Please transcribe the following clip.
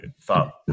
thought